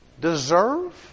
deserve